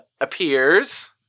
appears